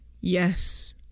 Yes